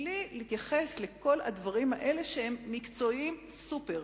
בלי להתייחס לכל הדברים האלה שהם מקצועיים סופר.